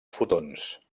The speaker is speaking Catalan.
fotons